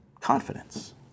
confidence